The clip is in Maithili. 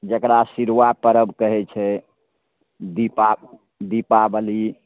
जकरा सिरुआ परब कहै छै दीपा दीपावली